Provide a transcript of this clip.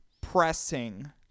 pressing